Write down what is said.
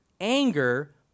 anger